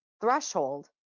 threshold